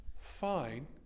fine